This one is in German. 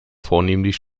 vornehmlich